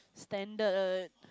standard